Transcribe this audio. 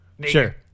Sure